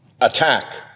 attack